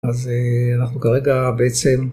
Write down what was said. אז אנחנו כרגע בעצם